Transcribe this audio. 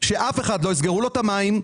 שלאף אחד לא יסגרו את המים.